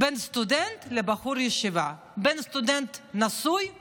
בין סטודנט לבחור ישיבה, בין סטודנט נשוי לאברך: